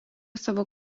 savo